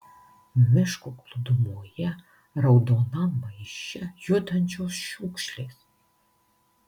miško glūdumoje raudonam maiše judančios šiukšlės